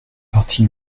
partie